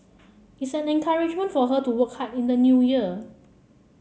it's an encouragement for her to work hard in the New Year